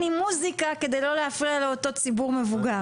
עם מוזיקה כדי לא להפריע לאותו ציבור מבוגר.